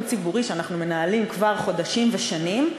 ציבורי שאנחנו מנהלים כבר חודשים ושנים,